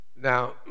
now